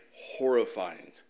horrifying